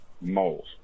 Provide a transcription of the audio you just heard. moles